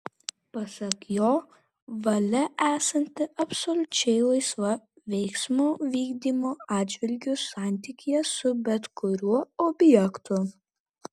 pasak jo valia esanti absoliučiai laisva veiksmo vykdymo atžvilgiu santykyje su bet kuriuo objektu